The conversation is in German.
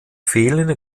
fehlende